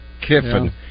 Kiffin